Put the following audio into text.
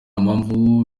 mpamvu